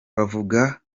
bavuga